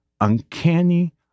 uncanny